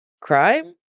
crime